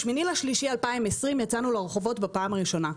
ב-8.3.2020 יצאנו לרחובות בפעם הראשונה.